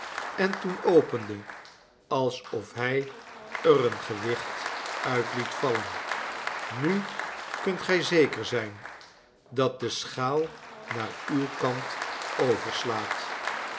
en toen opende alsof hij er een gewicht uit liet vallen nu kunt gij zeker zijn dat de schaal naar uw kant overslaat